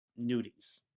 nudies